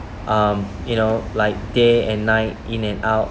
um you know like day and night in and out